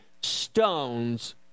stones